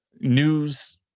news